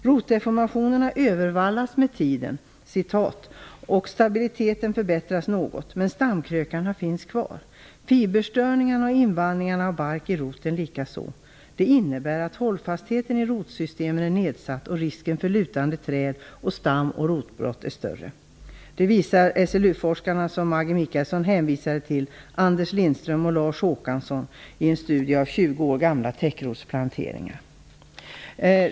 Rotdeformationerna övervallas med tiden och stabiliteten förbättras något, men stamkrökarna finns kvar. Fiberstörningarna och invallningarna av bark i roten likaså. Det innebär att hållfastheten i rotsystemet är nedsatt och risken för lutande träd och stamoch rotbrott är större. Fibrerna blir sämre, så man kan i stort sett inte använda virket till någonting annat än till flis och att elda med. Det duger inte till pappersmassa.